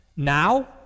Now